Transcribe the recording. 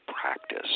practice